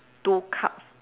two cup